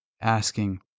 asking